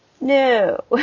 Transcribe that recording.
no